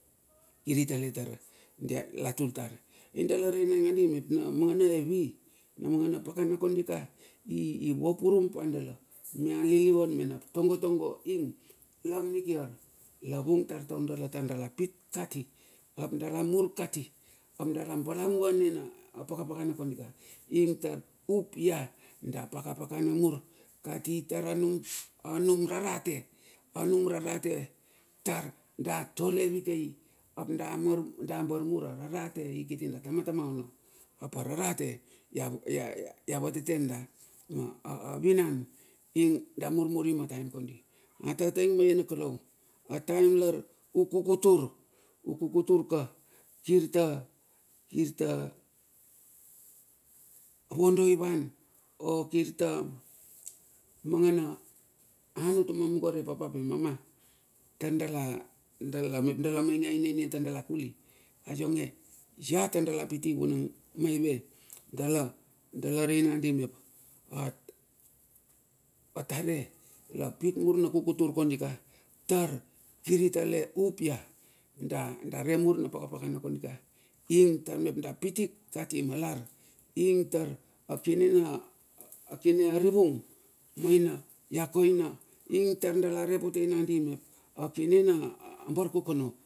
Kiri tale tar la tul tar. Ai dalarei nangandi mep na mangana hevi na mangana pakana kondika ivapurum pa dala mia lilivan mena tongo tongo ing lang nikiar lavung tar taur dala taur dala pit kati ap dala mur kati. Ap dala balaguane na pakapakana kodika ambar mur ararate ikiti da tama tama ono ap ararate ia vateteen da ma vinan ino da murmuri ma taem kondi, atataing maie na kalou. Ataem lar uku kutur, u kukutur ka kirta vondo ivan o kirta mangana an utuma mungo ri papa emama, tar da lar mep dala mainge aina i ninge tar dala kuli. Aionge i hat tar dala piti vunang dala rei nandi, atare la pit mur na kukutur kondika tar kiri tale upia tar da remur napaka pakana kondika ing mep tar da ati kati malar. Ininge a kine arivung ing tar dala re pote nandi me a kine na barkokono.